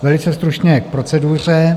Velice stručně k proceduře: